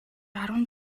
арван